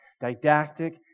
didactic